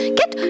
get